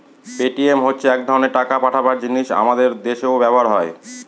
Paytm হচ্ছে এক ধরনের টাকা পাঠাবার জিনিস আমাদের দেশেও ব্যবহার হয়